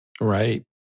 right